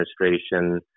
administration